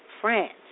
France